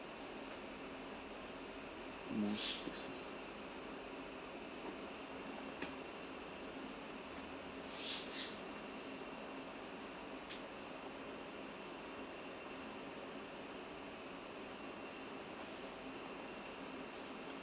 most places